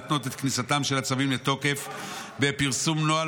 להתנות את כניסתם של הצווים לתוקף בפרסום נוהל